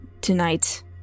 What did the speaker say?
tonight